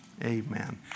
Amen